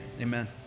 amen